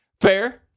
Fair